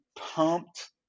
pumped